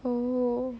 oh